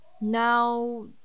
Now